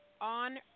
On